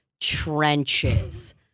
trenches